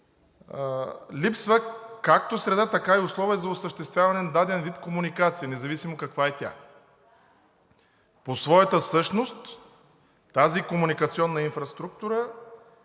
липсват както среда, така и условия за осъществяване на даден вид комуникация, независимо каква е тя. По своята същност тази комуникационна инфраструктура